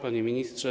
Panie Ministrze!